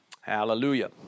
Hallelujah